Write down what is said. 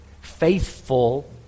faithful